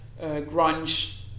grunge